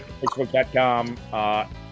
Facebook.com